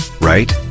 right